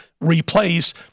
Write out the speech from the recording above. replace